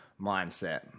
mindset